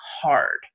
hard